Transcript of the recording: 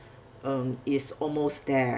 um is almost there